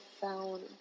found